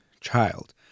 child